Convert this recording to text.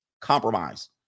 Compromise